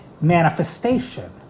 manifestation